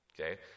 Okay